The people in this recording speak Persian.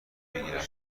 بگیرم